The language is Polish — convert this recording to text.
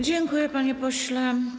Dziękuję, panie pośle.